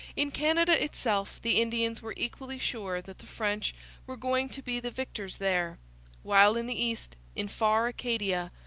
in canada itself the indians were equally sure that the french were going to be the victors there while in the east, in far acadia,